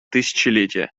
тысячелетия